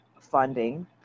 funding